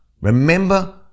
Remember